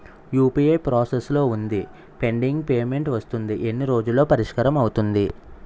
UPI process లో వుంది pending payment వస్తుంది ఎన్ని రోజుల్లో పరిష్కారం అవుతుంది